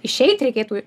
išeit reikėtų